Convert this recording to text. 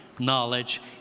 knowledge